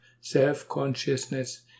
self-consciousness